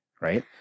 Right